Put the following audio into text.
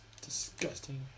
disgusting